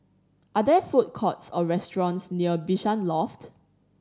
are there food courts or restaurants near Bishan Loft